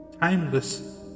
timeless